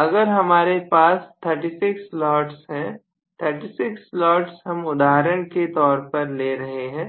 अगर हमारे पास 36 स्लॉट्स हैं36 स्लॉट्स हम उदाहरण के तौर पर ले रहे हैं